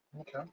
Okay